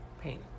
Pain